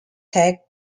tagged